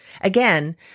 Again